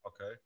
okay